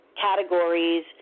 Categories